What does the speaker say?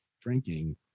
drinking